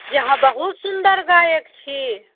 जे अहाँ बहुत सुन्दर गायक छी